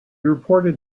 reported